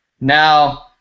Now